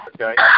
Okay